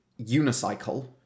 unicycle